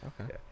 Okay